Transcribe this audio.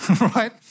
right